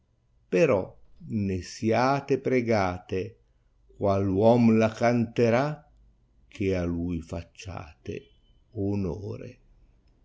però ne siate pregate qaal uomo la canterà che a lui facciate onore